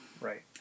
Right